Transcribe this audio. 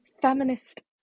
feminist